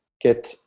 get